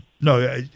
No